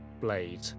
blade